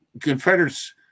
confederates